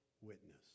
witness